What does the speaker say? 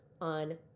on